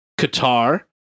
Qatar